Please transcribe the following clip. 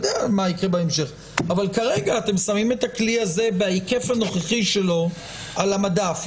את הכלי הזה בהיקף הנוכחי שלו על המדף.